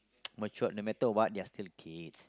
matured no matter what they are still kids